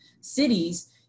cities